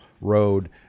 Road